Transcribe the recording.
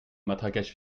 matraquage